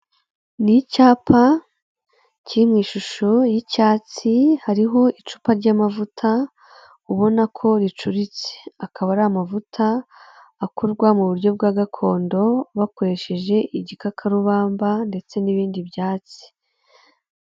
Ni icyapa kiri mu ishusho y'icyatsi, hariho icupa ry'amavuta, ubona ko ricuritse. Akaba ari amavuta akorwa mu buryo bwa gakondo, bakoresheje igikakarubamba ndetse n'ibindi byatsi.